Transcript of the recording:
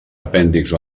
apèndixs